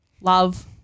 love